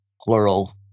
plural